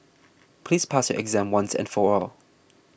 please pass your exam once and for all